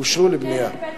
אושרו לבנייה.